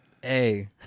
Hey